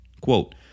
Quote